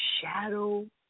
shadow